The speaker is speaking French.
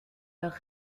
leurs